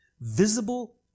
Visible